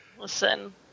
listen